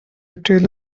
trail